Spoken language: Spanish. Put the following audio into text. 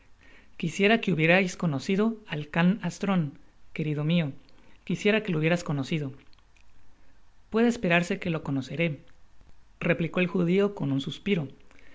quisiera que hubierais conocido al can astron querido mio quisiera que lo hubierais conocido puedo esperarse que lo conoceré ah lo dudo mucho replicó el judio con un suspiro